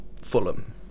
Fulham